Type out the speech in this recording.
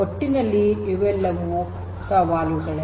ಒಟ್ಟಿನಲ್ಲಿ ಇವೆಲ್ಲವೂ ಸವಾಲುಗಳೇ